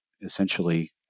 essentially